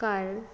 ਕਰ